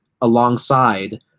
alongside